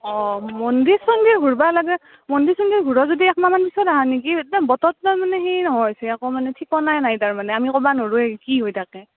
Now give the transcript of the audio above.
অঁ মন্দিৰ চন্দিৰ ঘূৰবা লাগে মন্দিৰ চন্দিৰ ঘূৰ যদি একমাহ মান পিছত আহা নেকি একদম বতৰটো তাৰ মানে হেৰি নহইছে একো মানে ঠিকনাই নাই মানে আমি ক'বা নৰুয়ে কি হৈ থাকে